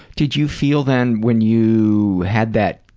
did you feel then, when you had that